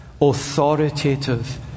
authoritative